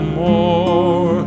more